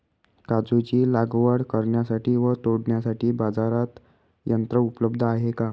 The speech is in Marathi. काजूची लागवड करण्यासाठी व तोडण्यासाठी बाजारात यंत्र उपलब्ध आहे का?